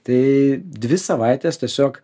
tai dvi savaites tiesiog